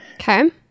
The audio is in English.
Okay